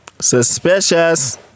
Suspicious